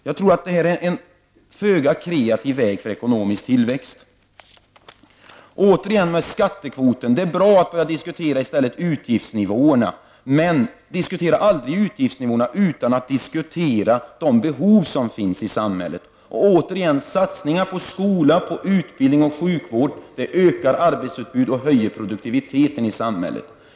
Jag tror att detta är en föga kreativ väg för ekonomisk tillväxt. Det är bra att vi har diskuterat utgiftsnivåerna i stället för skattekvot, men diskutera aldrig utgiftsnivåerna utan att diskutera de behov som finns i samhället. Satsningar på skola, utbildning och sjukvård ökar arbetsutbudet och höjer produktiviteten i samhället.